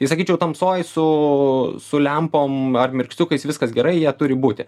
tai sakyčiau tamsoj su su lempom ar mirksiukais viskas gerai jie turi būti